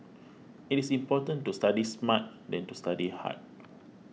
it is important to study smart than to study hard